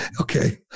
Okay